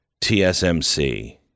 TSMC